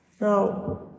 Now